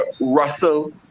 Russell